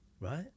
Right